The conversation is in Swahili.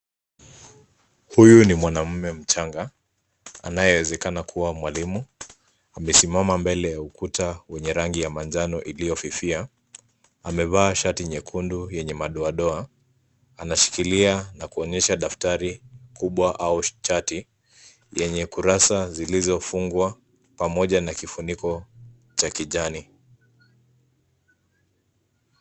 Huyu ni mwanamume mchanga anayewezekana kuwa mwalimu. Amesimama mbele ya ukuta wenye rangi ya manjano uliofifia. Amevaa shati nyekundu yenye madoadoa. Anashikilia na kuonyesha daftari kubwa au chati yenye kurasa zilizofungwa pamoja na kifuniko cha kijani.